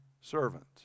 servant